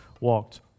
walked